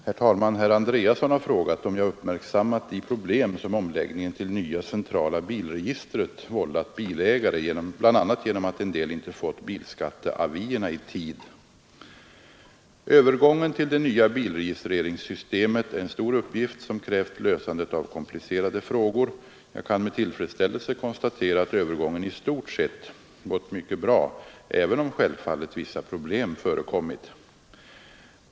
Herr talman! Herr Andreasson har frågat om jag uppmärksammat de problem som omläggningen till nya centrala bilregistret vållat bilägare bl.a. genom att en del inte fått bilskatteavierna i tid. Övergången till det nya bilregistreringssystemet är en stor uppgift som krävt lösandet av komplicerade frågor. Jag kan med tillfredsställelse konstatera att övergången i stort sett gått mycket bra även om självfallet vissa problem förekommit.